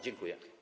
Dziękuję.